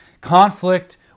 Conflict